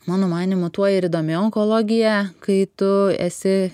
mano manymu tuo ir įdomi onkologija kai tu esi